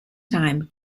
time